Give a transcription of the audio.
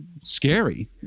scary